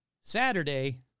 Saturday